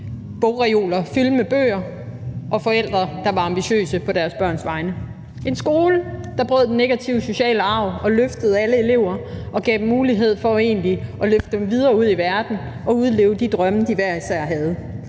bogreoler fyldt med bøger og med forældre, der var ambitiøse på deres børns vegne. Altså, vi skulle skabe en skole, der brød den negative sociale arv, og som løftede alle elever og gav dem mulighed for at blive sendt videre ud i verden og udleve de drømme, de hver især havde.